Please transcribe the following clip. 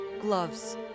gloves